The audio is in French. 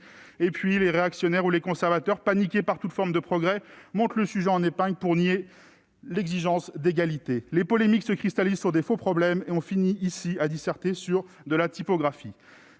; puis, les réactionnaires ou les conservateurs, paniqués par toute forme de progrès, montent le sujet en épingle pour nier l'exigence d'égalité. Les polémiques se cristallisent sur de faux problèmes et l'on finit par disserter ici sur de la typographie.